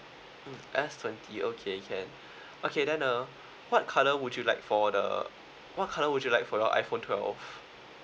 s twenty okay can okay then uh what colour would you like for the what colour would you like for your iphone twelve